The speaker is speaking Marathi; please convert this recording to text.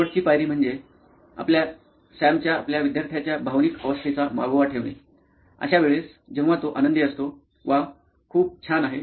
शेवटची पायरी म्हणजे आपल्या सॅमच्या आपल्या विद्यार्थ्याच्या भावनिक अवस्थेचा मागोवा ठेवणे अशा वेळेस जेव्हा तो आनंदी असतो व्वा खूप छान आहे